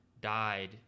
died